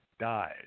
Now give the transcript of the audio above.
died